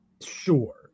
sure